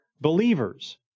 believers